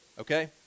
okay